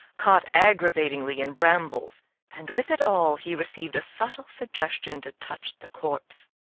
caught aggravatingly in brambles and with it all he received a subtle suggestion to touch the corpse.